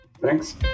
Thanks